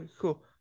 cool